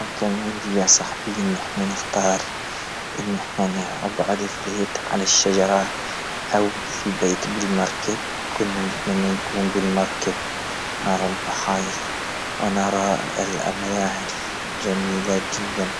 والله يا ختي، لو نختار، نفضل نفقد مفاتيحي على هاتفي. الهاتف فيه كل شيء، من صور وذكريات لمعلومات مهمة. أما المفاتيح، نقدر نبدلهم بسهولة.